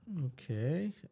Okay